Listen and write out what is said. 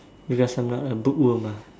because I'm not a bookworm ah